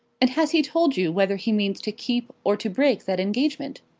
and has he told you whether he means to keep, or to break that engagement?